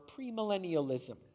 premillennialism